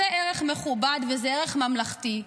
זה ערך מכובד וזה ערך ממלכתי.